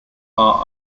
are